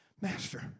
Master